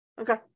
Okay